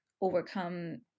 overcome